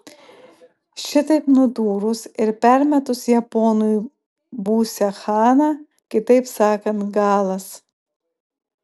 šitaip nudūrus ir permetus japonui būsią chana kitaip sakant galas